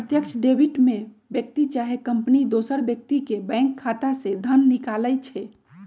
प्रत्यक्ष डेबिट में व्यक्ति चाहे कंपनी दोसर व्यक्ति के बैंक खता से धन निकालइ छै